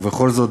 ובכל זאת,